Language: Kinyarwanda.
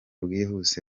bwihuse